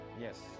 Yes